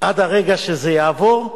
עד הרגע שזה יעבור,